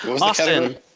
Austin